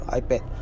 iPad